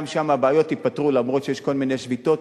גם שם הבעיות ייפתרו, למרות שיש כל מיני שביתות.